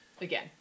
Again